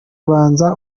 banza